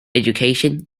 education